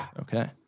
Okay